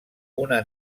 una